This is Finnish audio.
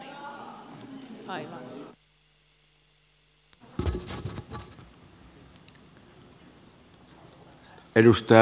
ohjausryhmän väliraporttia